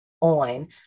on